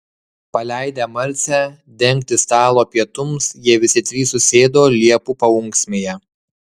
paleidę marcę dengti stalo pietums jie visi trys susėdo liepų paūksmėje